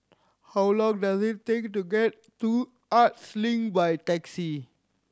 how long does it take to get to Arts Link by taxi